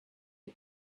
who